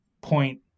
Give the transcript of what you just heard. point